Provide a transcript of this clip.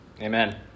Amen